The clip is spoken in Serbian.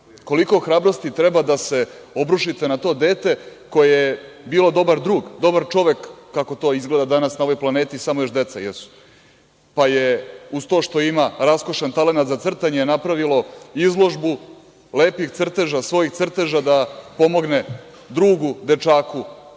Srbiju? Koliko hrabrosti treba da se obrušite na to dete koje je bilo dobar drug, dobar čovek, kako to izgleda danas na ovoj planeti samo još deca jesu, pa je uz to što ima raskošan talenat za crtanje, napravilo izložbu lepih crteža, svojih crteža da pomogne drugu, dečaku koji